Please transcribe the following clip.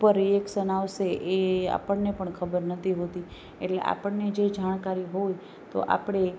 પર રિએક્શન આવશે એ આપણને પણ ખબર નથી હોતી એટલે આપણને જે જાણકારી હોય તો આપણે